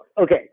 Okay